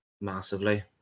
massively